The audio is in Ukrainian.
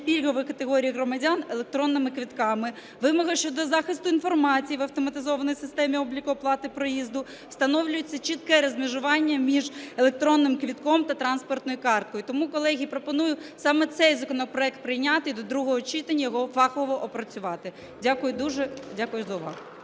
пільгових категорій громадян електронними квитками, вимога щодо захисту інформації в автоматизованій системі обліку оплати проїзду, встановлюється чітке розмежування між електронним квитком та транспортною карткою. Тому, колеги, пропоную саме цей законопроект прийняти і до другого читання його фахово опрацювати. Дякую дуже. Дякую за увагу.